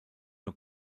nur